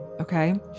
okay